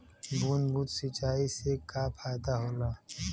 बूंद बूंद सिंचाई से का फायदा होला?